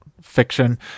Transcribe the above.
fiction